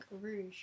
Rouge